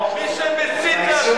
בן-ארי.